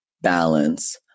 balance